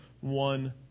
one